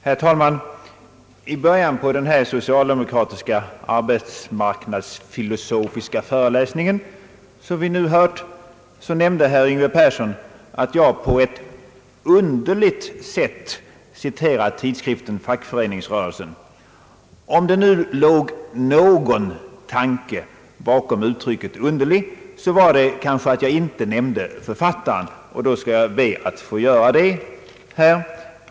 Herr talman! I början av den socialdemokratiska arbetsmarknadsfilosofiska föreläsning som vi nu hört sade herr Yngve Persson att jag på ett underligt sätt citerat tidskriften Fackföreningsrörelsen. Om det nu låg någon tanke bakom uttrycket »underligt» var det kanske att jag inte nämnde författaren, och då skall jag be att få göra det.